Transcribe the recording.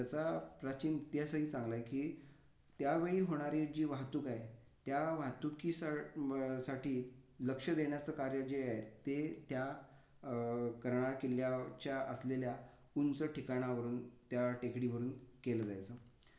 त्याचा प्राचीन इतिहासही चांगला आहे की त्यावेळी होणारी जी वाहतूक आहे त्या वाहतुकीसा म साठी लक्ष देण्याचं कार्य जे आहे ते त्या कर्नाळा किल्ल्याच्या असलेल्या उंच ठिकाणावरून त्या टेकडीवरून केलं जायचं